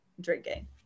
drinking